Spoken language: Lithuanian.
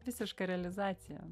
visiška realizacija